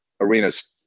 arenas